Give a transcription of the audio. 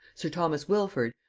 sir thomas wilford,